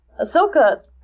Ahsoka